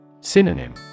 Synonym